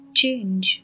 change